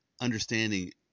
understanding